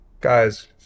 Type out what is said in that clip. guys